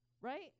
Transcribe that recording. Right